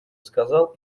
сказал